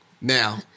Now